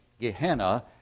Gehenna